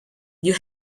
you